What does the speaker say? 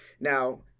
Now